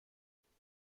خوشمزه